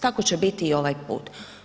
Tako će biti i ovaj put.